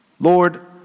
Lord